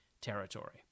territory